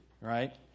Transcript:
right